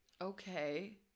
okay